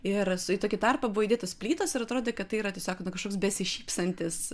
ir su į tokį tarpą buvo įdėtos plytos ir atrodė kad tai yra tiesiog kažkoks besišypsantis